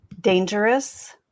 dangerous